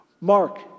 Mark